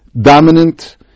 dominant